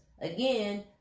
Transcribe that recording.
again